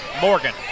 Morgan